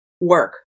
work